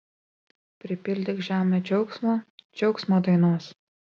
pripildyk žemę džiaugsmo džiaugsmo dainos